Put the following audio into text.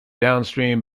downstream